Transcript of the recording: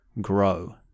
grow